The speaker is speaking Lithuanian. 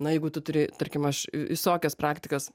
na jeigu tu turi tarkim aš visokias praktikas